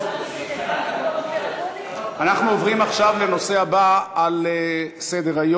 אנחנו עוברים עכשיו לנושא הבא על סדר-היום: